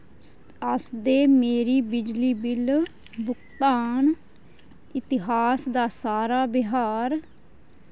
आस्तै मेरी बिजली बिल भुगतान इतिहास दा सारा बिहार